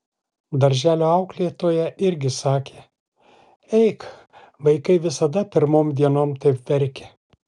darželio auklėtoja irgi sakė eik vaikai visada pirmom dienom taip verkia